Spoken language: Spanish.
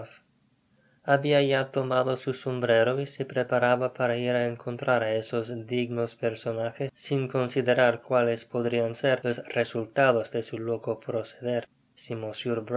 duff habia ya tomado su sombrero y se preparaba para ir á encontrar á esos dignos personajes sin considerar cuales podrian ser los resultados de su loco proceder si